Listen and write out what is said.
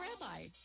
rabbi